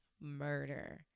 murder